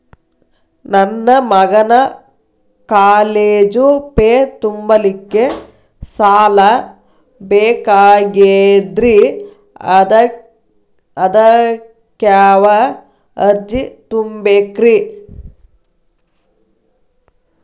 ನನ್ನ ಮಗನ college fee ತುಂಬಲಿಕ್ಕೆ ಸಾಲ ಬೇಕಾಗೆದ್ರಿ ಅದಕ್ಯಾವ ಅರ್ಜಿ ತುಂಬೇಕ್ರಿ?